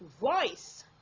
voice